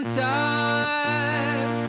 time